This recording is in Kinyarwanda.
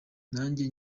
nanjye